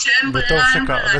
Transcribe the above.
כשאין ברירה, אין ברירה.